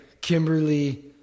Kimberly